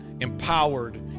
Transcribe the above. empowered